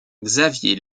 xavier